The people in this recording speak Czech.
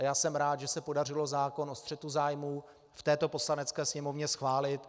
Já jsem rád, že se podařilo zákon o střetu zájmů v této Poslanecké sněmovně schválit.